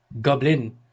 Goblin